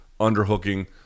underhooking